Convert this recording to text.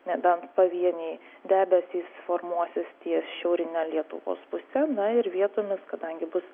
nebent pavieniai debesys formuosis ties šiaurine lietuvos puse na ir vietomis kadangi bus